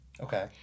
Okay